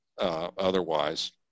Otherwise